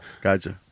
Gotcha